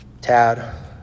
Tad